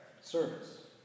service